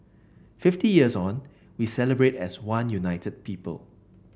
fifty years on we celebrate as one united people